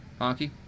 Honky